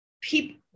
People